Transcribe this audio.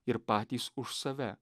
ir patys už save